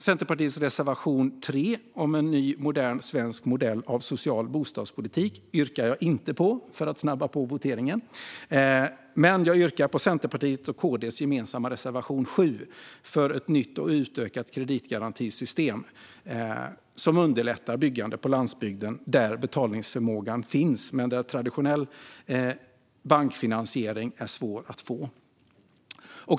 Centerpartiets reservation 3 om en ny, modern svensk modell av social bostadspolitik yrkar jag inte bifall till, för att snabba på voteringen, men jag yrkar bifall till Centerpartiets och KD:s gemensamma reservation 7 för ett nytt och utökat kreditgarantisystem som underlättar byggande på landsbygden där betalningsförmågan finns men där traditionell bankfinansiering är svår att få.